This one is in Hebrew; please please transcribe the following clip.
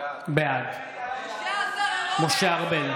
בעד משה ארבל,